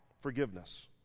forgiveness